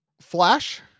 Flash